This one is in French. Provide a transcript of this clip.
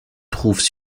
trouvent